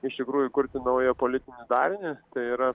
iš tikrųjų įkurti naują politinį darinį tai yra